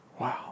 Wow